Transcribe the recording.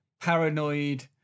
paranoid